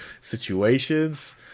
situations